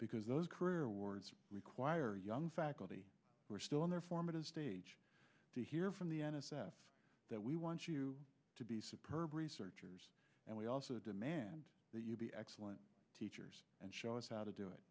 because those career awards require young faculty we're still in their formative stage to hear from the n s f that we want you to be super bowl researchers and we also demand that you be excellent teachers and show us how to do it